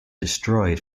destroyed